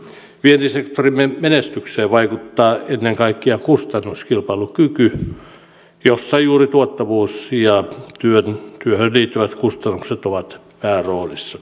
vientisektorimme menestykseen vaikuttaa ennen kaikkea kustannuskilpailukyky jossa juuri tuottavuus ja työhön liittyvät kustannukset ovat pääroolissa